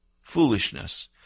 foolishness